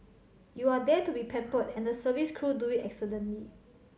you are there to be pampered and the service crew do it excellently